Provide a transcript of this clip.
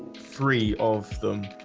three of them